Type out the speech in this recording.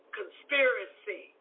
conspiracy